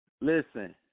Listen